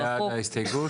מי בעד ההסתייגות?